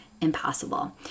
impossible